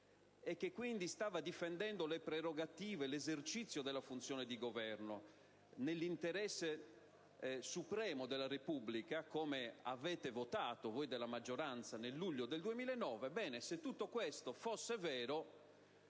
e che quindi stava difendendo le prerogative e l'esercizio della funzione di Governo nell'interesse supremo della Repubblica, come avete votato voi della maggioranza nel luglio 2009; se tutto questo fosse vero,